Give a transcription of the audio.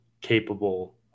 capable –